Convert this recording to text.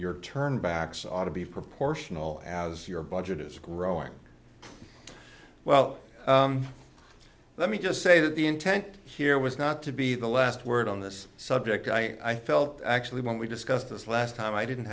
your turn backs ought to be proportional as your budget is growing well let me just say that the intent here was not to be the last word on this subject i felt actually when we discussed this last time i didn't